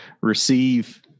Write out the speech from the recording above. receive